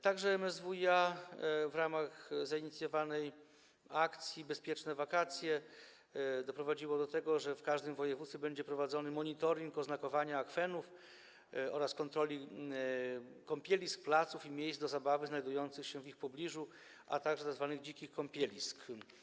Także MSWiA w ramach zainicjowanej akcji „Bezpieczne wakacje” doprowadziło do tego, że w każdym województwie będzie prowadzony monitoring oznakowania akwenów oraz kontroli kąpielisk, placów i miejsc do zabawy znajdujących się w ich pobliżu, a także tzw. dzikich kąpielisk.